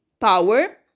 power